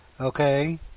Okay